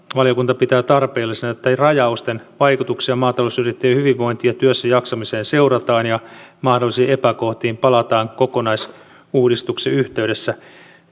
valiokunta pitää tarpeellisena että rajausten vaikutuksia maatalousyrittäjien hyvinvointiin ja työssäjaksamiseen seurataan ja mahdollisiin epäkohtiin palataan kokonaisuudistuksen yhteydessä